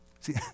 See